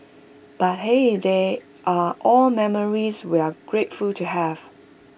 but hey they are all memories we're grateful to have